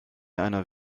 einer